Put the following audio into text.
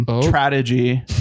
Strategy